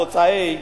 התוצאה היא,